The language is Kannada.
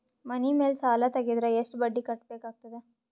ಮನಿ ಮೇಲ್ ಸಾಲ ತೆಗೆದರ ಎಷ್ಟ ಬಡ್ಡಿ ಕಟ್ಟಬೇಕಾಗತದ?